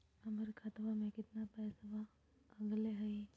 हमर खतवा में कितना पैसवा अगले हई?